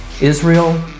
Israel